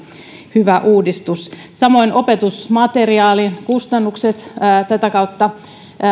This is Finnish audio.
hyvä uudistus samoin opetusmateriaalikustannukset tätä kautta